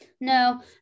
no